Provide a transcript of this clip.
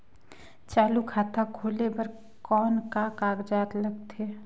चालू खाता खोले बर कौन का कागजात लगथे?